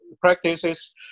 practices